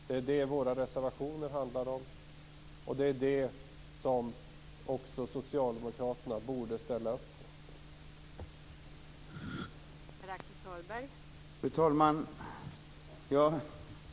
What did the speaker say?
Det är det våra reservationer handlar om, och det är det som också Socialdemokraterna borde ställa upp på.